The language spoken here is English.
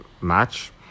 match